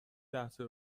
لحظه